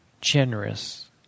generous